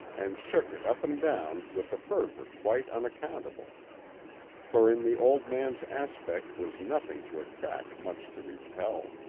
and shook it up and down with a fervor quite unaccountable for in the old man's aspect was nothing to attract, much to repel.